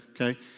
Okay